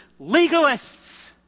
legalists